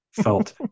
felt